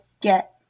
get